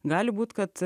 gali būt kad